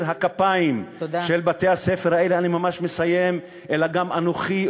הכפיים של בתי-הספר האלה אלא גם אנוכי,